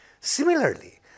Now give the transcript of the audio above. Similarly